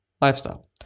lifestyle